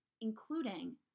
including